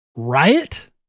Riot